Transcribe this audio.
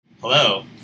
hello